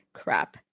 crap